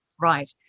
right